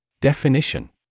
Definition